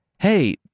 Hey